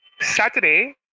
Saturday